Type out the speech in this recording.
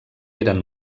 eren